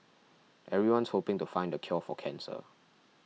everyone's hoping to find the cure for cancer